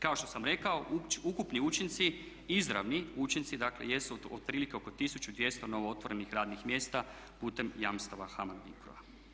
Kao što sam rekao ukupni učinci, izravni učinci jesu dakle otprilike oko 1200 novootvorenih radnih mjesta putem jamstava HAMAG BICRO-a.